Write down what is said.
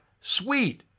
sweet